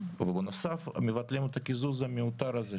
ובנוסף אנחנו מבטלים את הקיזוז המיותר הזה,